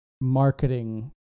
marketing